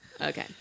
Okay